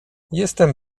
jestem